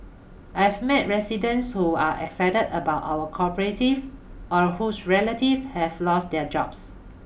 I've met residents who are excited about our cooperative or whose relatives have lost their jobs